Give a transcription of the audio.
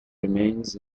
remains